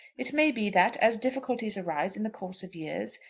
it may be that, as difficulties arise in the course of years,